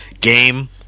game